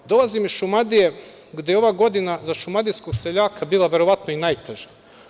Dolazim iz Šumadije, gde je ova godina za šumadijskog seljaka bila verovatno i najteža.